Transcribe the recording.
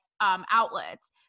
Outlets